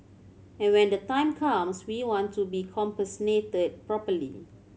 and when the time comes we want to be compensated properly